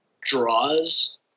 draws